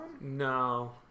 No